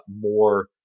more